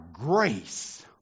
grace